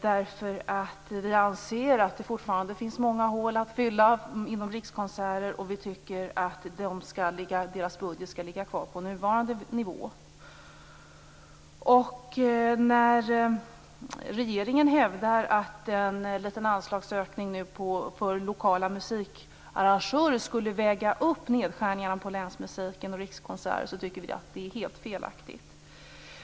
Vi anser nämligen att det fortfarande finns många hål att fylla inom Rikskonserter och att dess budget skall ligga kvar på nuvarande nivå. När regeringen hävdar att en liten anslagsökning för lokala musikarrangörer skulle väga upp nedskärningarna på länsmusiken och Rikskonserter tycker vi att det är helt felaktigt.